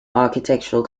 architectural